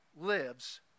lives